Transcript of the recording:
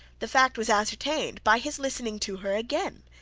the fact was ascertained by his listening to her again.